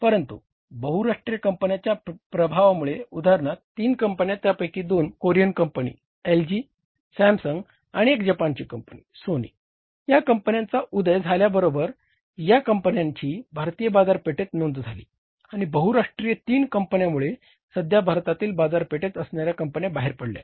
परंतु बहुराष्ट्रीय कंपन्यांच्या प्रभावामुळे उदाहरणार्थ तीन कंपन्या त्यांपैकी दोन कोरियन कंपनी LG Samsung आणि एक जपानची कंपनी Sony या कंपन्यांचा उदय झाल्याबरोबर या कंपन्यांची भारतीय बाजारपेठेत नोंद झाली आणि बहुराष्ट्रीय तीन कंपन्यामुळे सध्या भारतीय बाजरपेठेत असणाऱ्या कंपन्या बाहेर पडल्या